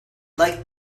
like